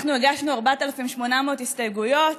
אנחנו הגשנו 4,800 הסתייגויות.